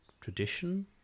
tradition